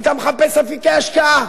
ואתה מחפש אפיקי השקעה.